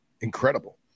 Incredible